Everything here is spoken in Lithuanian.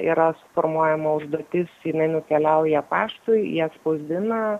yra suformuojama užduotis jinai nukeliauja paštui jie atspausdina